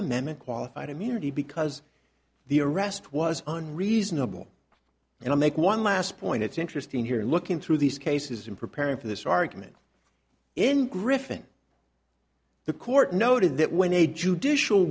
amendment qualified immunity because the arrest was unreasonable and i make one last point it's interesting here in looking through these cases in preparing for this argument in griffin the court noted that when a judicial